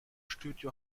studio